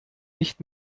nicht